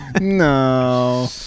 no